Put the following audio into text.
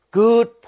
good